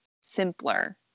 simpler